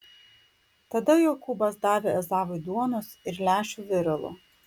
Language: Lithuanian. tada jokūbas davė ezavui duonos ir lęšių viralo